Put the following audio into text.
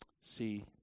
See